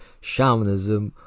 shamanism